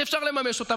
שאפשר לממש אותה,